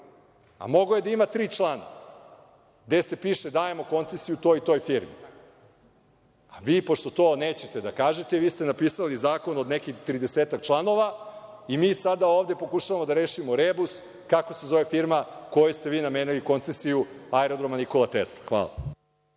Mogao je da ima tri člana, gde piše dajemo koncesiju toj i toj firmi. Vi pošto to nećete da kažete, vi ste napisali zakon od nekih tridesetak članova i mi sada pokušavamo da rešimo rebus kako se zove firma kojoj ste vi namenili koncesiju Aerodroma “Nikola Tesla“. Hvala.